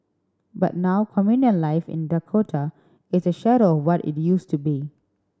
but now communal life in Dakota is a shadow what it used to be